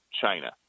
China